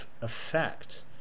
effect